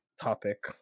topic